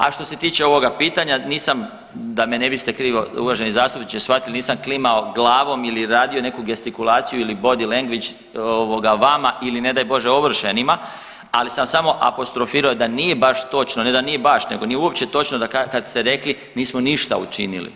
A što se tiče ovoga pitanja nisam da me ne biste krivo uvaženi zastupničke shvatili nisam klimao glavom ili radio neku gestikulaciju ili body language ovoga vama ili ne daj Bože ovršenima, ali sam samo apostrofirao da nije baš točno, ne da nije baš nego da nije uopće točno kad ste rekli nismo ništa učinili.